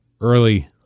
early